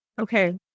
Okay